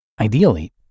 Ideally